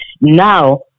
now